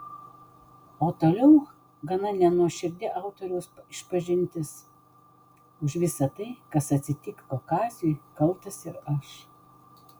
o toliau gana nenuoširdi autoriaus išpažintis už visa tai kas atsitiko kaziui kaltas ir aš